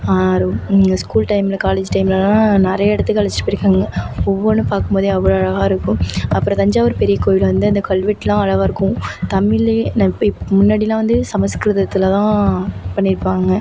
எங்கள் ஸ்கூல் டைமில் காலேஜ் டைம்லலாம் நிறைய இடத்துக்கு அழைச்சிட்டு போயிருக்காங்க ஒவ்வொன்றும் பார்க்கும் போதே அவ்வளோ அழகாக இருக்கும் அப்புறம் தஞ்சாவூர் பெரிய கோவில் வந்து அந்த கல்வெட்டுலாம் அழகாக இருக்கும் தமிழ்லையே இப் முன்னாடிலாம் வந்து சமஸ்கிருதத்தில் தான் பண்ணிருப்பாங்க